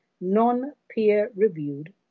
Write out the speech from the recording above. non-peer-reviewed